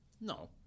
No